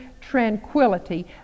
tranquility